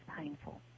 painful